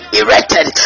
erected